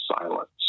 silence